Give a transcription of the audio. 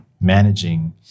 managing